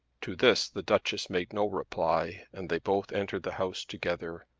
to this the duchess made no reply, and they both entered the house together.